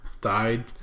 died